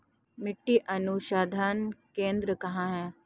मिट्टी अनुसंधान केंद्र कहाँ है?